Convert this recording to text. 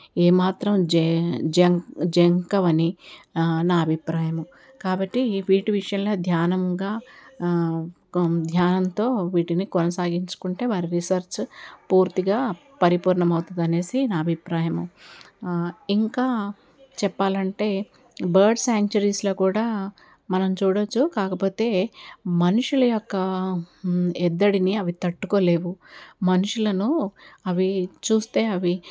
ఏమాత్రం జే జే జంకవు అని నా అభిప్రాయం కాబట్టి వీటి విషయంలో ధ్యానముగా ధ్యానంతో వీటిని కొనసాగించుకుంటే వారి రీసెర్చ్ పూర్తిగా పరిపూర్ణం అవుతుంది అనేసి నా అభిప్రాయము ఇంకా చెప్పాలంటే బర్డ్స్ సాంక్చుయరీస్లో కూడా మనం చూడవచ్చు కాకపోతే మనుషుల యొక్క ఎద్దడిని అవి తట్టుకోలేవు మనుషులను అవి చూస్తే అవి